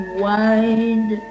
wide